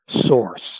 source